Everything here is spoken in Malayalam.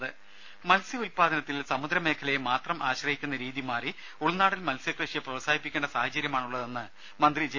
രുഭ മത്സ്യ ഉൽപാദനത്തിൽ സമുദ്രമേഖലയെ മാത്രം ആശ്രയിക്കുന്ന രീതി മാറി ഉൾനാടൻ മത്സ്യകൃഷിയെ പ്രോത്സാഹിപ്പിക്കേണ്ട സാഹചര്യമാണുള്ളതെന്ന് മന്ത്രി ജെ